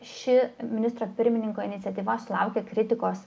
ši ministro pirmininko iniciatyva sulaukė kritikos